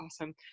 awesome